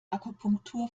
akupunktur